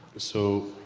so,